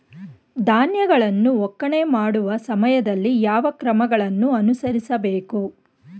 ಧಾನ್ಯಗಳನ್ನು ಒಕ್ಕಣೆ ಮಾಡುವ ಸಮಯದಲ್ಲಿ ಯಾವ ಕ್ರಮಗಳನ್ನು ಅನುಸರಿಸಬೇಕು?